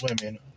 women